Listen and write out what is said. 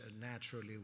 naturally